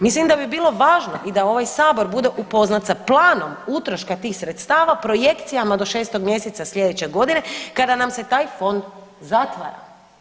Mislim da bi bilo važno i da ovaj Sabor bude upoznat sa planom utroška tih sredstava, projekcijama do 6. mj. sljedeće godine kada nam se taj Fond zatvara.